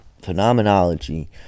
phenomenology